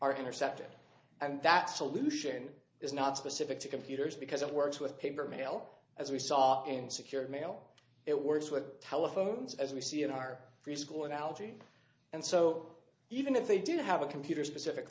are intercepted and that solution is not specific to computers because it works with paper mail as we saw again secure mail it works with telephones as we see in our free school analogy and so even if they do have a computer specific